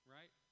Right